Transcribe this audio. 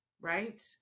right